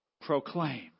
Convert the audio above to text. proclaim